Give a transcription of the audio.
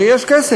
הרי יש כסף,